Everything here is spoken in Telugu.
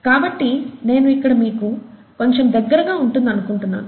కాబట్టి నేను ఇది మీకు కొంచెం దగ్గరగా ఉంటుందనుకున్నాను